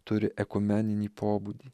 turi ekumeninį pobūdį